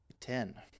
ten